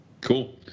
Cool